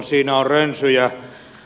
siinä on rönsyjä